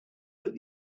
put